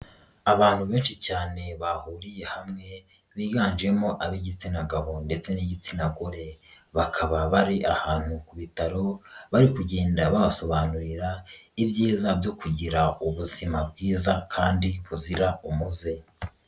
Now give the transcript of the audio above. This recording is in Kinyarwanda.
Abantu benshi cyane bahuriye hamwe biganjemo ab'igitsina gabo ndetse n'igitsina gore, bakaba bari ahantu ku bitaro, bari kugenda babasobanurira ibyiza byo kugira ubuzima bwiza kandi buzira umuze.